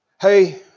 Hey